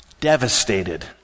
Devastated